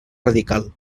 radical